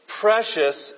precious